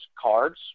cards